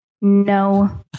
no